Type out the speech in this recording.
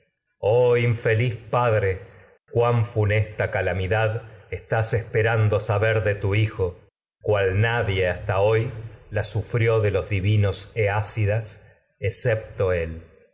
oh infeliz padre cuán calamidad estás perando saber de tu hijo cual nadie hasta hoy la sufrió de los divinos eácidas excepto él